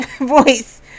voice